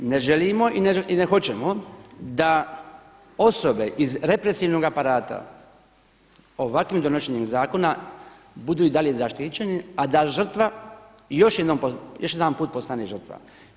Ne želimo i ne hoćemo da osobe iz represivnog aparata ovakvim donošenjem zakona budu i dalje zaštićeni a da žrtva još jedanput postane žrtva.